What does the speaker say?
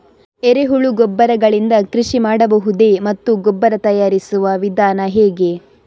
ಎರೆಹುಳು ಗೊಬ್ಬರ ಗಳಿಂದ ಕೃಷಿ ಮಾಡಬಹುದೇ ಮತ್ತು ಗೊಬ್ಬರ ತಯಾರಿಸುವ ವಿಧಾನ ಹೇಗೆ?